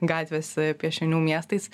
gatvėse piešinių miestais